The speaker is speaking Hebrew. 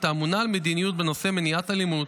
האמונה על מדיניות בנושא מניעת אלימות.